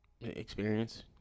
experience